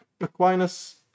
Aquinas